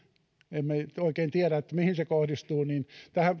emme oikein tiedä mihin se kohdistuu